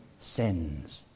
sins